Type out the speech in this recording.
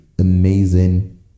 amazing